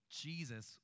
Jesus